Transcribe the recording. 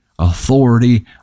Authority